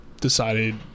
decided